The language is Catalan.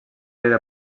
era